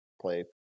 play